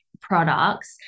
products